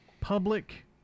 public